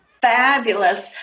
fabulous